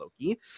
Loki